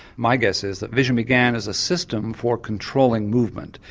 my guess is that vision began as a system for controlling movement.